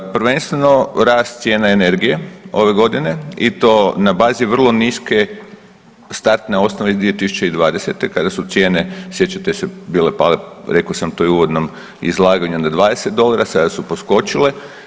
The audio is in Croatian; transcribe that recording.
Prvenstveno rast cijena energije ove godine i to na bazi vrlo niske startne osnove iz 2020. kada su cijene sjećate se bile pale rekao sam to i u uvodnom izlaganju na 20 dolara, sada su poskočile.